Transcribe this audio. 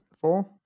Four